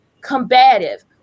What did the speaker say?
combative